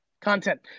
content